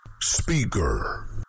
speaker